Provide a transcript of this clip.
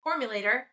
formulator